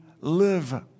live